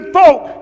folk